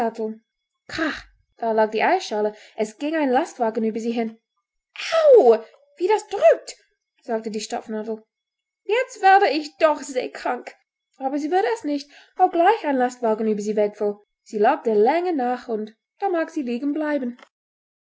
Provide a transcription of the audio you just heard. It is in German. da lag die eierschale es ging ein lastwagen über sie hin au wie das drückt sagte die stopfnadel jetzt werde ich doch seekrank aber sie wurde es nicht obgleich ein lastwagen über sie wegfuhr sie lag der länge nach und da mag sie liegen bleiben